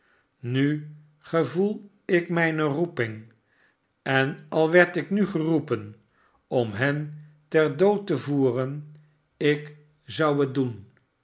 jnu gevoel ik mijne roeping en al werd ik nu geroepen om hen ter dood tevoeren ik zou het doen